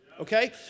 Okay